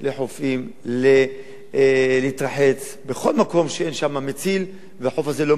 לחופים להתרחץ בכל מקום שאין בו מציל והחוף הזה לא מאושר.